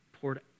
poured